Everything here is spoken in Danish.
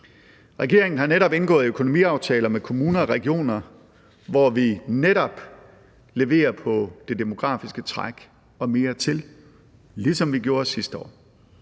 Regeringen har netop indgået økonomiaftaler med kommuner og regioner, hvor vi leverer i forhold til det demografiske træk og mere til, ligesom vi gjorde sidste år.